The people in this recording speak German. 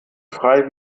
frei